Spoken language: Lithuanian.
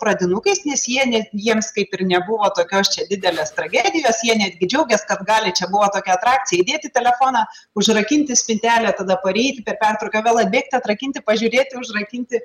pradinukais nes jie ne jiems kaip ir nebuvo tokios čia didelės tragedijos jie netgi džiaugės kad gali čia buvo tokia atrakcija įdėti telefoną užrakinti spintelę tada pareiti per pertrauką vėl atbėgt atrakinti pažiūrėti užrakinti